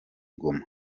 goma